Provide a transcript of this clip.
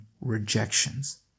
rejections